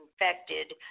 infected